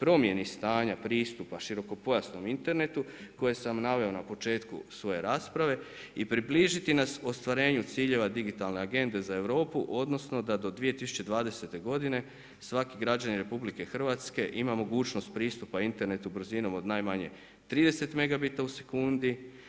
promjeni stanja pristupa širokopojasnom internetu, koje sam naveo na početku svoje rasprave i približiti nas ostvarenju ciljeva digitalne agende za Europu, odnosno, da do 2020. godine, svaki građanin RH, ima mogućnost pristupa internetu brzinom od najmanje 30 megabita u sekundi.